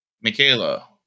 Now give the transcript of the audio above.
Michaela